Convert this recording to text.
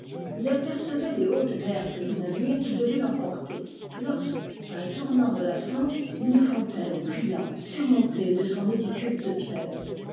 il apercevait les hautes vergues du navire qui devait l'emporter lorsque à un tournant de la sente une fontaine brilla surmontée de son édicule de pierre